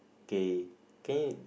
K can you